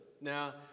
Now